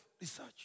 research